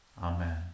Amen